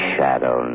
Shadow